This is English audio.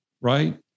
Right